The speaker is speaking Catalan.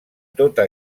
tota